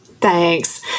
Thanks